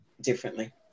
differently